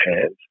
hands